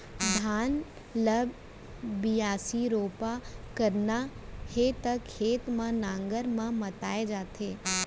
धान ल बियासी, रोपा करना हे त खेत ल नांगर म मताए जाथे